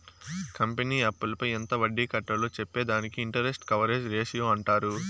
company అప్పులపై ఎంత వడ్డీ కట్టాలో చెప్పే దానిని ఇంటరెస్ట్ కవరేజ్ రేషియో అంటారు